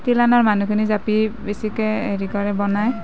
তিলানাৰ মানুহখিনিৰ জাপি বেচিকে হেৰি কৰে বনাই